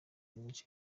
nyinshi